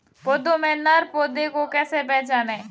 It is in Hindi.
पौधों में नर पौधे को कैसे पहचानें?